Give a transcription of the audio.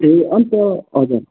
ए अनि त हजुर